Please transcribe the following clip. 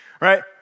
right